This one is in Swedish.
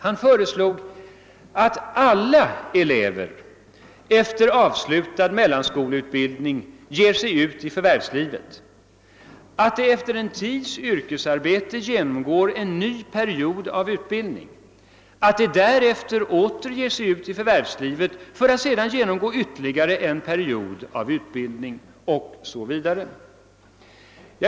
Han föreslog att alla elever efter avslutad mellanskoleutbildning ger sig ut i förvärvslivet, att de efter en tids yrkesarbete genomgår en ny period av utbildning, att de därefter åter ger sig ut i förvärvslivet för att sedan genomsgå ytterligare en utbildningsperiod o.s.v.